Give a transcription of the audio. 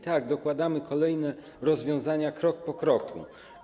Tak, dokładamy kolejne rozwiązania krok po kroku.